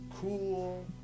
Cool